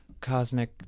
cosmic